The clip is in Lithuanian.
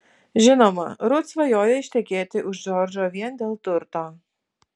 žinoma rut svajoja ištekėti už džordžo vien dėl turto